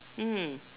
mm